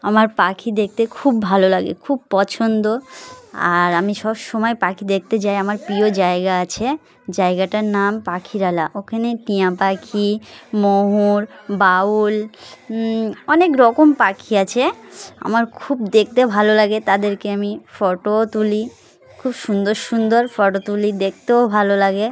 আমার পাখি দেখতে খুব ভালো লাগে খুব পছন্দ আর আমি সব সমময় পাখি দেখতে যাই আমার প্রিয় জায়গা আছে জায়গাটার নাম পাখিরালয় ওখানে টিয়া পাখি ময়ূর বাবুই অনেক রকম পাখি আছে আমার খুব দেখতে ভালো লাগে তাদেরকে আমি ফটোও তুলি খুব সুন্দর সুন্দর ফটো তুলি দেখতেও ভালো লাগে